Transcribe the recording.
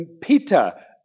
Peter